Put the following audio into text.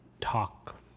talk